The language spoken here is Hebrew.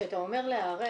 שאתה אומר להיערך,